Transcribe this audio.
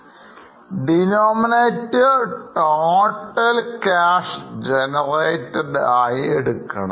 Denomiantor total cash generated എടുക്കണം